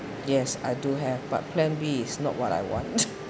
yes I do have but plan B is not what I want